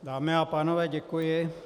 Dámy a pánové, děkuji.